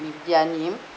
with their name